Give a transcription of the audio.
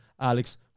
Alex